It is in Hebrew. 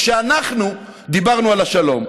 כשאנחנו דיברנו על השלום.